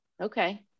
okay